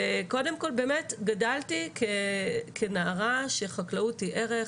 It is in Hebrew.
אז קודם כל באמת גדלתי כנערה שחקלאות היא ערך,